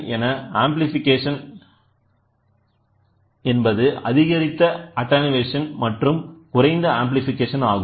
எனவே ஆம்ஃப்ளிபிகேஷன் என்பது அதிகரித்த அட்டனுவேஷன் மற்றும் குறைந்த ஆம்ஃப்ளிபிகேஷன் ஆகும்